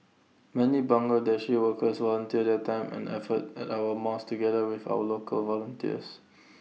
many Bangladeshi workers volunteer their time and effort at our mosques together with other local volunteers